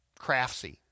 craftsy